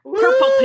purple